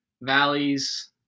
valleys